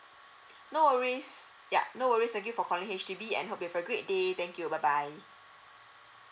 no worries ya no worries thank you for calling H_D_B and hope you have a great day thank you bye bye